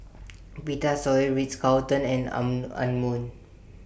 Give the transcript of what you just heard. Vitasoy Ritz Carlton and An Anmum